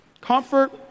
Comfort